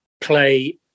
play